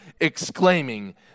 exclaiming